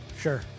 Sure